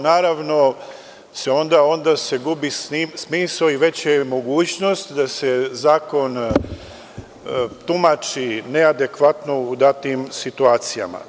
Naravno, onda se gubi smisao i veća je mogućnost da se zakon tumači neadekvatno u datim situacijama.